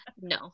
no